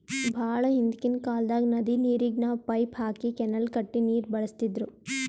ಭಾಳ್ ಹಿಂದ್ಕಿನ್ ಕಾಲ್ದಾಗ್ ನದಿ ನೀರಿಗ್ ನಾವ್ ಪೈಪ್ ಹಾಕಿ ಕೆನಾಲ್ ಕಟ್ಟಿ ನೀರ್ ಬಳಸ್ತಿದ್ರು